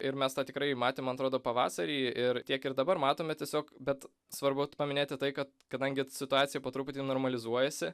ir mes tą tikrai matėm man atrodo pavasarį ir tiek ir dabar matome tiesiog bet svarbu paminėti tai kad kadangi situacija po truputį normalizuojasi